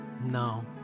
No